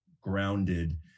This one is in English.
grounded